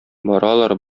баралар